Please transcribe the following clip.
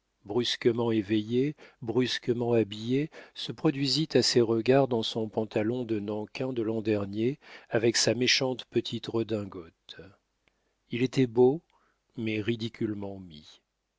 brusquement éveillé brusquement habillé se produisit à ses regards dans son pantalon de nankin de l'an dernier avec sa méchante petite redingote il était beau mais ridiculement mis